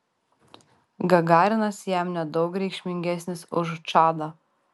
gagarinas jam nedaug reikšmingesnis už čadą